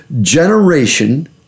Generation